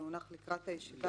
והונח לקראת הישיבה,